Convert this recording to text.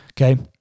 Okay